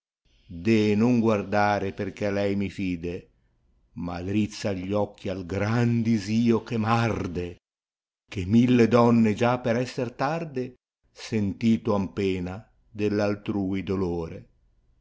deh non guardare perchè a lei mi fide ma drizza gli occhi al gran disio che m aidie che mille donne già per esser tarde sentito han pena dell altrui dolore